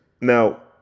Now